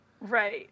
Right